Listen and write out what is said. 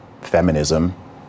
feminism